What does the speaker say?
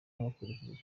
abakuriye